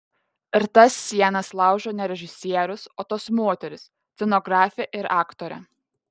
ir tas sienas laužo ne režisierius o tos moterys scenografė ir aktorė